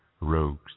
rogues